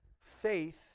faith